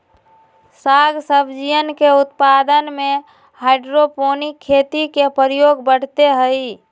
साग सब्जियन के उत्पादन में हाइड्रोपोनिक खेती के प्रयोग बढ़ते हई